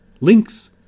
Links